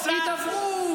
מהפכה, הידברות.